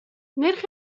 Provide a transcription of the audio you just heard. نرخ